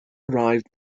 arrived